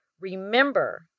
remember